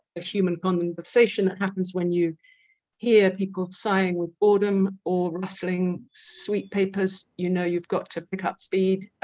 a human conversation that happens when you hear people sighing with boredom or rustling sweet papers you know you've got to pick up speed.